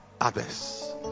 others